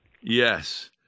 Yes